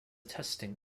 testing